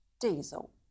diesel